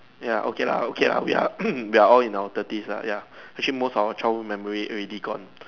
ya okay lah okay lah we are we are all in our thirties ah ya actually most of our childhood memory already gone